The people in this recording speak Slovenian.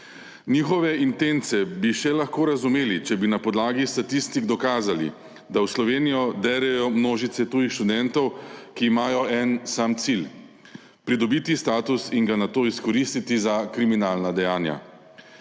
Njihove intence bi še lahko razumeli, če bi na podlagi statistik dokazali, da v Slovenijo derejo množice tujih študentov, ki imajo en sam cilj – pridobiti status in ga nato izkoristiti za kriminalna dejanja.